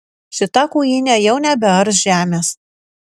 šita kuinė jau nebears žemės